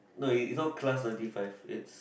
no it it's not class ninety five it's